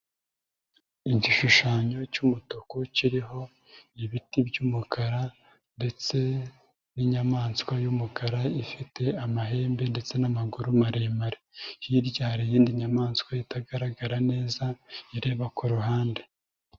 Igishushanyo cy'umutuku kiriho ibiti by'umukara ndetse n'inyamaswa y'umukara ifite amahembe ndetse n'amaguru maremare. Hirya hari iyindi nyamaswa itagaragara neza, ireba ku ruhande.